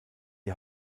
die